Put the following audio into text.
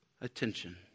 attention